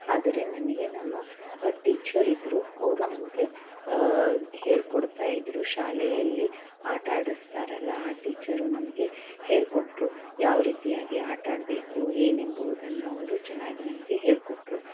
ಆದರೆ ನನಗೆ ನಮ್ಮ ಟೀಚರ್ ಇದ್ರು ಅವರು ನಮಗೆ ಹೇಳ್ಕೊಡ್ತಾ ಇದ್ರು ಶಾಲೆಯಲ್ಲಿ ಆಟ ಆಡ್ಸತ್ತಾರಲ್ಲ ಆ ಟೀಚರು ನಮಗೆ ಹೇಳ್ಕೊಟ್ರು ಯಾವ ರೀತಿಯಾಗಿ ಆಟ ಆಡಬೇಕು ಏನೆಂಬುವುದನ್ನು ಅವರು ಚೆನ್ನಾಗಿ ನಮಗೆ ಹೇಳ್ಕೊಟ್ರು